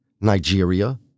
Nigeria